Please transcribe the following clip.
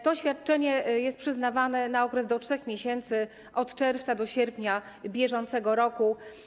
To świadczenie jest przyznawane na okres do 3 miesięcy, od czerwca do sierpnia br.